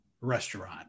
restaurant